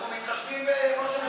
נתקבלה.